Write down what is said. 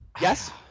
Yes